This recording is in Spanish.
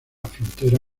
frontera